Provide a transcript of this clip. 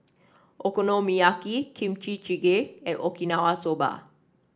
Okonomiyaki Kimchi Jjigae and Okinawa Soba